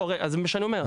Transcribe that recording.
זה מה שאני אומר.